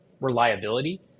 reliability